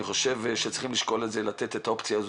אני חושב שצריכים לשקול לתת את האופציה הזאת,